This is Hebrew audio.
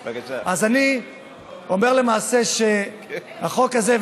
אז אני אומר למעשה שהחוק הזה,